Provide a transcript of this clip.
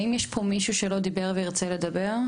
האם יש פה מישהו שלא דיבר ורוצה לדבר?